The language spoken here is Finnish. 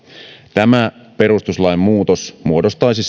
tämä perustuslain muutos muodostaisi